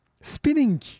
spinning